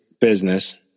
business